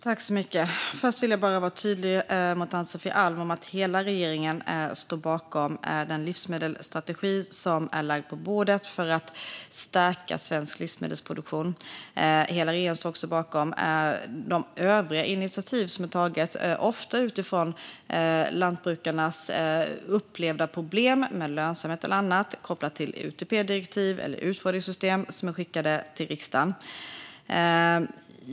Fru talman! Först vill jag vara tydlig mot Ann-Sofie Alm med att hela regeringen står bakom den livsmedelsstrategi som är lagd på bordet för att stärka svensk livsmedelsproduktion. Hela regeringen står också bakom de övriga initiativ som är tagna, ofta utifrån lantbrukarnas upplevda problem med lönsamhet eller annat kopplat till UTP-direktiv eller utfodringssystem och som är skickade till riksdagen.